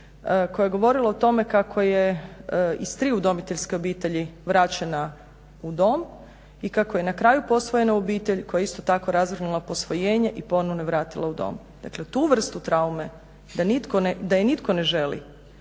koja je govorila o tome kako je iz tri udomiteljske obitelji vraćena u dom i kako je na kraju posvojena u obitelj koja je isto tako razvrgnula posvojenje i ponovno je vratila u dom. Dakle, tu vrstu traume da je nitko ne želi